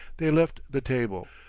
they left the table.